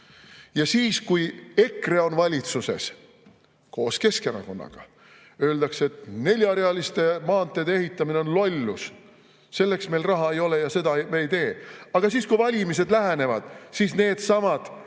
Ja siis, kui EKRE on valitsuses koos Keskerakonnaga, öeldakse, et neljarealiste maanteede ehitamine on lollus. Selleks meil raha ei ole ja seda me ei tee. Aga siis, kui valimised lähenevad, needsamad,